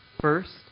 First